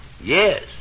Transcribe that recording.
Yes